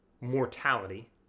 mortality